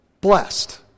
blessed